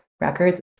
records